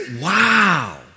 wow